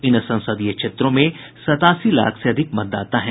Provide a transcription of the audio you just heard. इन संसदीय क्षेत्रों में सतासी लाख से अधिक मतदाता हैं